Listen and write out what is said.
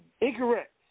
Incorrect